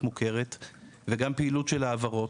וגם פעילות של העברות.